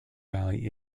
valley